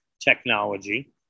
technology